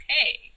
okay